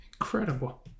Incredible